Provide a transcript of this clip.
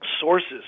Sources